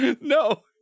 No